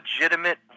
legitimate